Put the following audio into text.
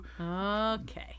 Okay